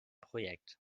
projekt